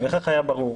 וכך היה ברור.